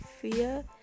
fear